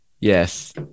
Yes